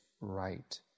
right